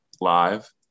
live